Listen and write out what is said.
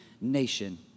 nation